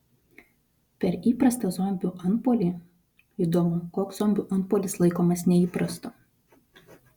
per įprastą zombių antpuolį įdomu koks zombių antpuolis laikomas neįprastu